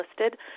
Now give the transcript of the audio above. listed